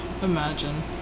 Imagine